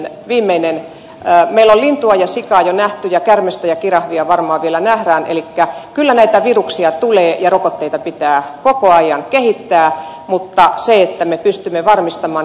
meillä on lintua ja sikaa jo nähty ja kärmestä ja kirahvia varmaan vielä nähdään elikkä kyllä näitä viruksia tulee ja rokotteita pitää koko ajan kehittää mutta se että me pystymme varmistamaan